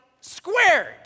squared